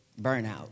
burnout